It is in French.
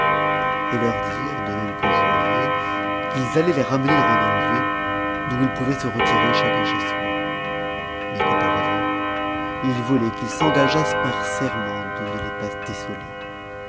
et leur dirent de même qu'au joaillier qu'ils allaient les reniener en un lieu d'où ils pourraient se retirer chacun chez soi mais qu'auparavant ils voulaient qu'ils s'engageassent par serment de ne les pas déceler